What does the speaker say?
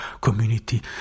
community